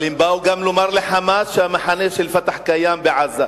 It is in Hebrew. אבל הם באו גם לומר ל"חמאס" שהמחנה של "פתח" קיים בעזה.